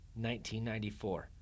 1994